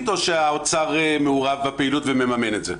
או שהאוצר מעורב בפעילות ומממן את זה?